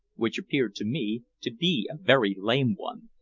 which appeared to me to be a very lame one.